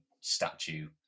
statue